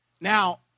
Now